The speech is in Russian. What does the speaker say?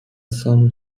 самых